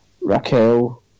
Raquel